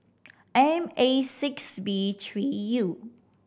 M A six B three U